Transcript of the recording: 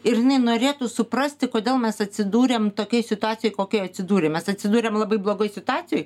ir jinai norėtų suprasti kodėl mes atsidūrėm tokioj situacijoj kokioj atsidūrėm mes atsidūrėm labai blogoj situacijoj